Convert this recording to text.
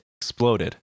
Exploded